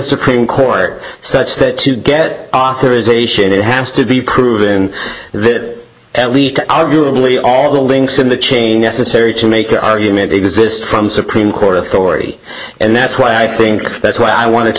supreme court such that to get authorization it has to be proven that at least arguably all the links in the chain necessary to make the argument exist from supreme court authority and that's why i think that's what i want to